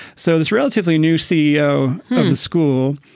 so this relatively new ceo of the school,